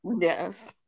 Yes